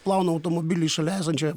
plaunu automobilį šalia esančioje